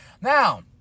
Now